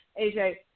AJ